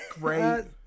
Great